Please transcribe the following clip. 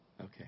Okay